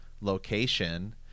location